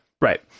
Right